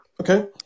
Okay